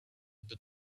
bit